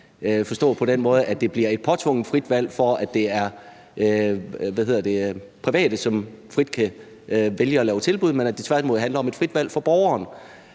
modstander af det, hvis det bliver et påtvunget frit valgt, hvor det er private, som frit kan vælge at lave tilbud, i stedet for at det tværtimod handler om et frit valg for borgeren.